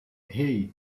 hey